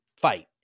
fight